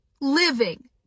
living